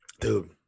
Dude